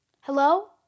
Hello